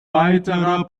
weiterer